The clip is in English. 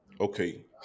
okay